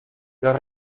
los